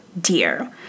dear